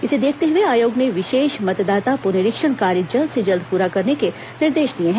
इसे देखते हुए आयोग ने विशेष मतदाता पुनरीक्षण कार्य जल्द से जल्द पूरा करने के निर्देश दिए हैं